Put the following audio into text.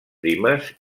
primes